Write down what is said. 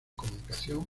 comunicación